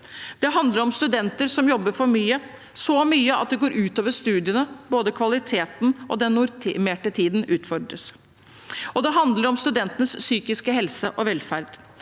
Det handler om studenter som jobber for mye, så mye at det går utover studiene. Både kvalitet og normert tid utfordres. Det handler også om studentenes psykiske helse og velferd.